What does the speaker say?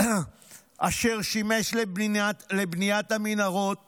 אשר שימש לבניית המנהרות